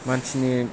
मानसिनि